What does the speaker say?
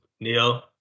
Neil